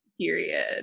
Period